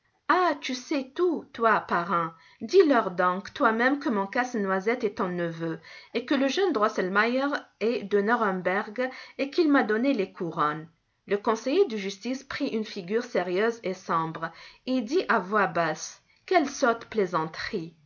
ah tu sais tout toi parrain dis-leur donc toi-même que mon casse-noisette est ton neveu et que le jeune drosselmeier est de nuremberg et qu'il m'a donné les couronnes le conseiller de justice prit une figure sérieuse et sombre et dit à voix basse quelle sotte plaisanterie